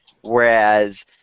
Whereas